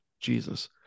Jesus